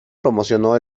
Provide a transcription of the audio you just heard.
promocionó